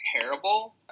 terrible